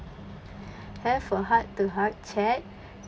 have a heart-to-heart chat